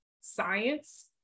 science